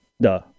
Duh